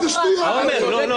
איזה שטויות.